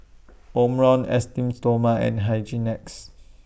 Omron Esteem Stoma and Hygin X